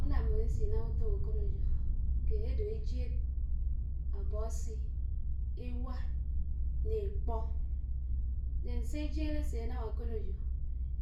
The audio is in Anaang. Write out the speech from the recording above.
ùnám mmànsísí ínám ùtòm ákònòtò ked ádó ésíéd, ábósí, éwá né ékpò, ntèn sé éjiéd ásénám ákónòjó,